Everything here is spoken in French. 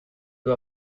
peu